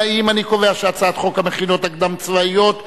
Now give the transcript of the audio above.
להעביר את הצעת חוק המכינות הקדם-צבאיות (תיקון,